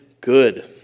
good